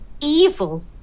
evil